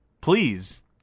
please